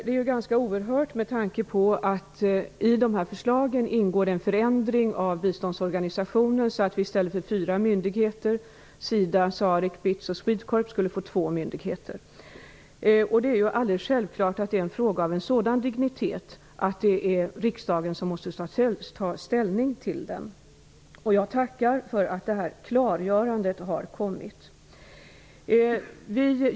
Det är ganska oerhört med tanke på att det i dessa förslag ingår en sådan förändring av biståndsorganisationen att vi i stället för fyra myndigheter -- SIDA, SAREK, BITS och SWEDECORP -- skulle få bara två. Det är alldeles självklart en fråga av sådan dignitet att riksdagen måste ta ställning till den. Jag tackar för det klargörande som har kommit.